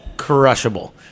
Crushable